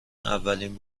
اولین